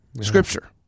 Scripture